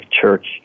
Church